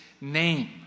name